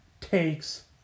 takes